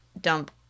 dump